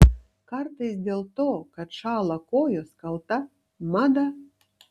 kartais dėl to kad šąla kojos kalta mada